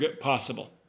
possible